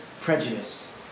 prejudice